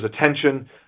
attention